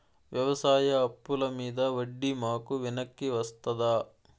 వ్యవసాయ అప్పుల మీద వడ్డీ మాకు వెనక్కి వస్తదా?